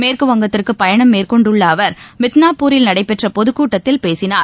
மேற்குவங்கத்திற்கு பயணம் மேற்கொண்டுள்ள அவர் மித்ளாபூரில் நடைபெற்ற பொதுக்கூட்டத்தில் பேசினார்